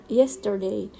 yesterday